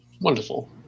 Wonderful